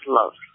love